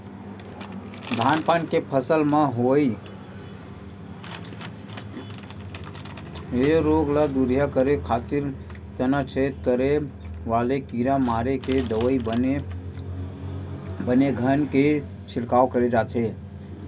धान पान के फसल म होवई ये रोग ल दूरिहा करे खातिर तनाछेद करे वाले कीरा मारे के दवई के बने घन के छिड़काव कराय जाथे